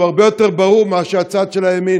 הרבה יותר ברור מאשר הצד של הימין.